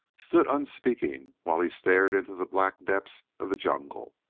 stood unspeaking while he stared into the black depths of the jungle,